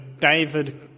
David